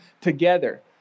together